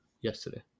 Yesterday